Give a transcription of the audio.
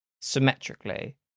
symmetrically